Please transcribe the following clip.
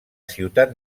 ciutat